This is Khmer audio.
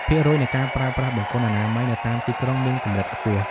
ភាគរយនៃការប្រើប្រាស់បង្គន់អនាម័យនៅតាមទីក្រុងមានកម្រិតខ្ពស់។